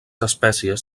espècies